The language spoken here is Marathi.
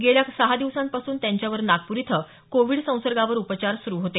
गेल्या सहा दिवसांपासून त्यांच्यावर नागपूर इथं कोविडसंसर्गावर उपचार सुरु होते